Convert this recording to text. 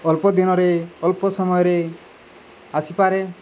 ଅଳ୍ପ ଦିନରେ ଅଳ୍ପ ସମୟରେ ଆସିପାରେ